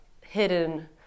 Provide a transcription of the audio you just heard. hidden